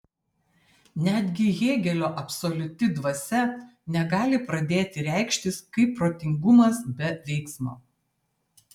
netgi hėgelio absoliuti dvasia negali pradėti reikštis kaip protingumas be veiksmo